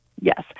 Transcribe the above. yes